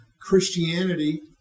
Christianity